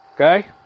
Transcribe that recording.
Okay